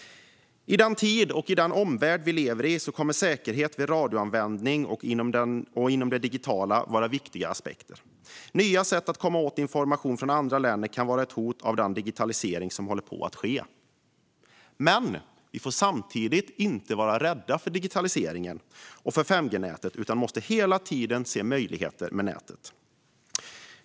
I den tid och omvärld vi lever i kommer säkerhet vid radioanvändning och inom det digitala vara viktiga aspekter. Nya sätt att komma åt information från andra länder kan vara ett hot från den digitalisering som håller på att ske. Men vi får samtidigt inte vara rädda för digitaliseringen och för 5G-nätet utan måste hela tiden se möjligheter med nätet.